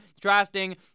drafting